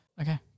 Okay